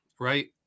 Right